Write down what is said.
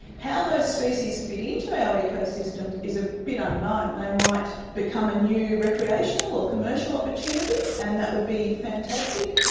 how those species fit into our ecosystem is a bit unknown. they might become a new recreational or commercial opportunity and that would be fantastic,